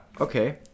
okay